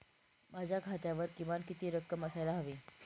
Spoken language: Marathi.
माझ्या खात्यावर किमान किती रक्कम असायला हवी?